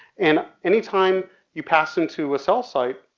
and anytime you pass into a cell site,